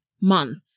month